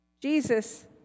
Jesus